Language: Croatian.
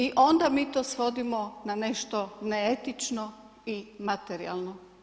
I onda mi to svodimo na nešto neetično i materijalno.